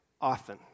often